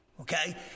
Okay